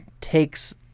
takes